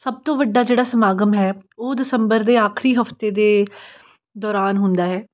ਸਭ ਤੋਂ ਵੱਡਾ ਜਿਹੜਾ ਸਮਾਗਮ ਹੈ ਉਹ ਦਸੰਬਰ ਦੇ ਆਖਰੀ ਹਫਤੇ ਦੇ ਦੌਰਾਨ ਹੁੰਦਾ ਹੈ